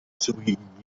svůj